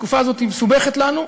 התקופה הזאת מסובכת לנו,